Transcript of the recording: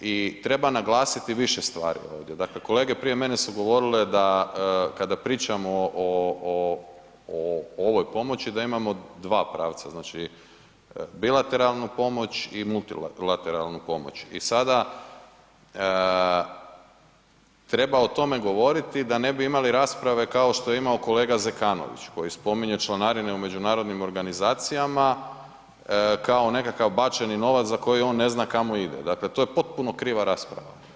i treba naglasiti više stvari ovdje, dakle kolege prije mene su govorile da kada pričamo o, o, o ovoj pomoći da imamo dva pravca, znači bilateralnu pomoć i multilateralnu pomoć i sada treba o tome govoriti da ne bi imali rasprave kao što je imao kolega Zekanović koji spominje članarine u međunarodnim organizacijama kao nekakav bačeni novac za koji on ne zna kamo ide, dakle to je potpuno kriva rasprava.